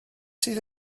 sydd